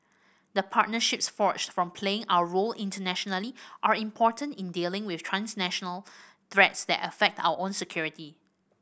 the partnerships forged from playing our role internationally are important in dealing with transnational threats that affect our own security